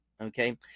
Okay